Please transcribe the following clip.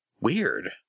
Weird